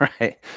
Right